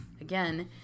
again